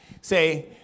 Say